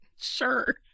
Sure